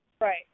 Right